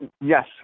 Yes